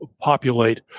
populate